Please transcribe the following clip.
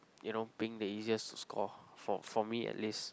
you know being the easiest to score for for me at least